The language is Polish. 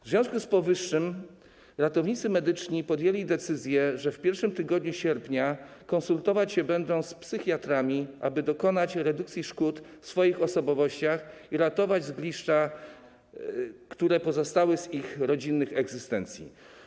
W związku z powyższym ratownicy medyczni podjęli decyzję, że w pierwszym tygodniu sierpnia konsultować się będą z psychiatrami, aby dokonać redukcji szkód w swoich osobowościach i ratować zgliszcza, które pozostały z ich rodzinnych egzystencji.